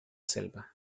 selva